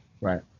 Right